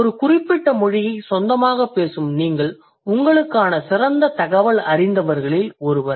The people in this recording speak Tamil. ஒரு குறிப்பிட்ட மொழியை சொந்தமாகப் பேசும் நீங்கள் உங்களுக்கான சிறந்த தகவலறிந்தவர்களில் ஒருவர்